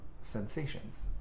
sensations